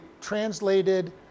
translated